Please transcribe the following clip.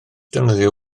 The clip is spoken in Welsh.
defnyddio